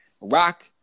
rock